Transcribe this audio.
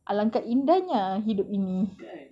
alangkah indahnya hidup ini